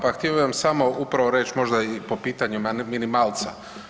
Pa htio bi vam samo upravo reć možda i po pitanju minimalca.